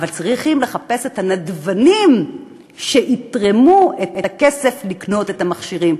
אבל צריכים לחפש את הנדבנים שיתרמו את הכסף לקנות את המכשירים.